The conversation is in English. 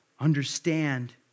Understand